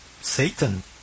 Satan